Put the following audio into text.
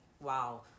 wow